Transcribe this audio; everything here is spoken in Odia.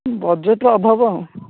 ବଜେଟ୍ର ଅଭାବ